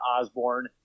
Osborne